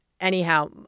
anyhow